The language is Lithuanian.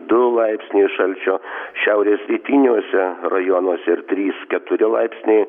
du laipsniai šalčio šiaurės rytiniuose rajonuose ir trys keturi laipsniai